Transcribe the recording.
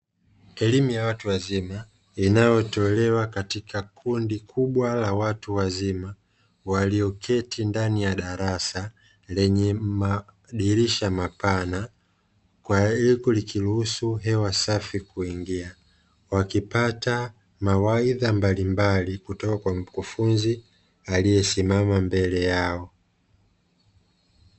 Elimu ya watu wazima inayotolewa katika kundi kubwa la watu wazima walioketi ndani ya darasa lenye madirisha mapana, huku likiruhusu hewa safi kuingia wakipata mawaidha mbalimbali kutoka kwa mkufunzi aliyesimama mbele yao.